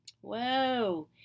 whoa